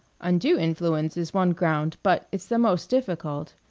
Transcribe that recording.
undue influence is one ground but it's the most difficult.